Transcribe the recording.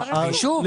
ליישוב.